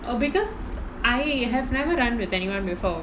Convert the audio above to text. oh because I have never run with anyone before